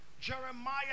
Jeremiah